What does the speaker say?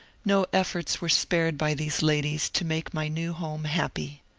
no efforts were spared by these ladies to make my new home happy.